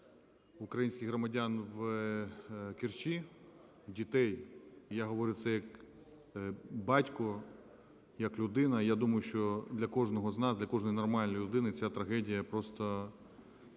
українських громадян в Керчі, дітей. Я говорю це як батько, як людина. І я думаю, що для кожного з нас, для кожної нормальної людини ця трагедія просто